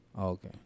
Okay